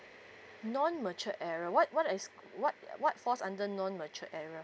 non mature area what what is what what falls under non mature area